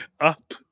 Up